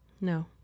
No